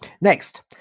next